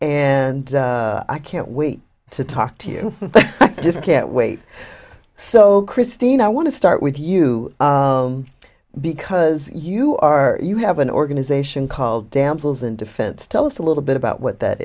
and i can't wait to talk to you just can't wait so christine i want to start with you because you are you have an organization called damsels and defense tell us a little bit about what that